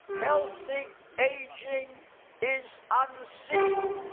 healthy aging is unseen,